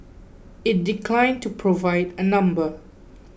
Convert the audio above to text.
it declined to provide a number